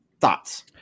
Thoughts